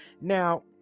now